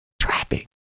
Traffic